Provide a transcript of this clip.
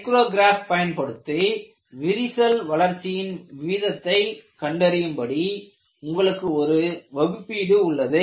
micrograph பயன்படுத்தி விரிசல் வளர்ச்சியின் வீதத்தை கண்டறியும் படி உங்களுக்கு ஒரு வகுப்பீடு உள்ளது